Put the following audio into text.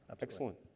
Excellent